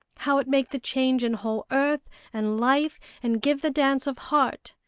how it make the change in whole earth and life and give the dance of heart.